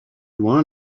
loin